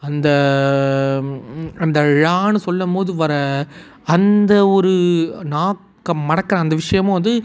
அந்த அந்த ழான்னு சொல்லும்போது வர்ற அந்த ஒரு நாக்கை மடக்குகிற அந்த விஷயமும் வந்து